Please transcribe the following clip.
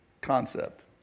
concept